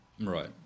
Right